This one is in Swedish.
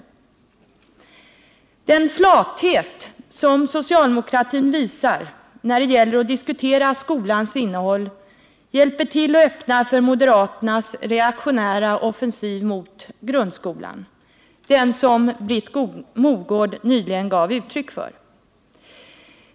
Den flathet som socialdemokratin visar när det gäller att diskutera skolans innehåll hjälper till att öppna för moderaternas reaktionära offensiv mot grundskolan, den som Britt Mogård nyss gav uttryck för.